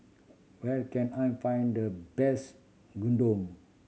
where can I find the best Gyudon